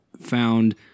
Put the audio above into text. found